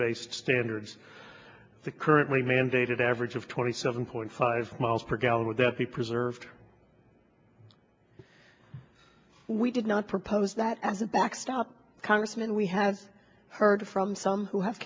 based standards the currently mandated average of twenty seven point five miles per gallon would that be preserved we did not propose that as a backstop congressman we have heard from some who have